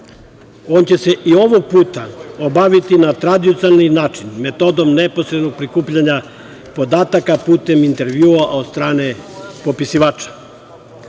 On će se i ovog puta obaviti na tradicionalni način – metodom neposrednog prikupljanja podataka putem intervjua, a od strane popisivača.